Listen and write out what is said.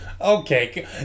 Okay